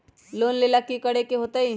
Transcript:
Loan लेवेला की करेके होतई?